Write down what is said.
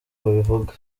babivuga